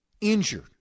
injured